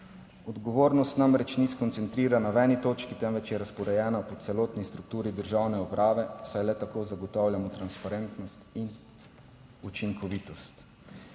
Odgovornost namreč ni skoncentrirana v eni točki, temveč je razporejena po celotni strukturi državne uprave, saj le tako zagotavljamo transparentnost in učinkovitost.